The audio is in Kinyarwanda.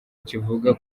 kivuga